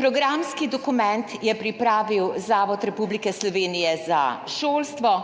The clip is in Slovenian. Programski dokument je pripravil Zavod Republike Slovenije za šolstvo,